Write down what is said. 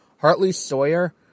Hartley-Sawyer